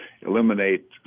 eliminate